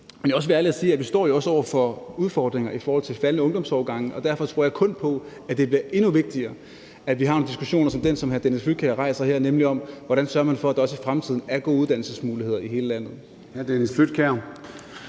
Men jeg vil også være ærlig og sige, at vi jo står over for udfordringer i forhold til faldende ungdomsårgange, og derfor tror jeg på, at det kun bliver endnu vigtigere, at vi har nogle diskussioner som den, som hr. Dennis Flydtkjær rejser her, nemlig om, hvordan man sørger for, at der også i fremtiden er gode uddannelsesmuligheder i hele landet.